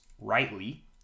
rightly